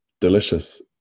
delicious